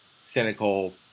cynical